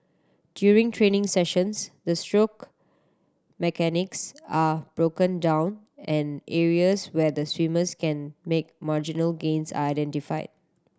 during training sessions the stroke mechanics are broken down and areas where the swimmers can make marginal gains are identify